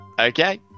Okay